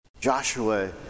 Joshua